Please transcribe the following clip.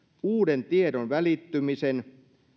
uuden tiedon välittymisen